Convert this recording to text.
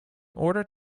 order